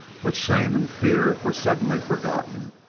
but shame and fear were suddenly forgotten.